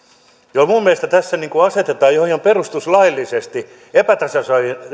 minun minun mielestäni tässä asetetaan jo ihan perustuslaillisesti